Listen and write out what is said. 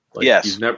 Yes